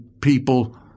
people